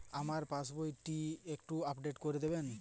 আমার পাসবই টি একটু আপডেট করে দেবেন?